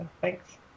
thanks